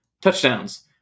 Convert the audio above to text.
touchdowns